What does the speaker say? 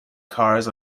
cars